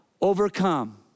overcome